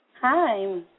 Hi